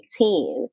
2018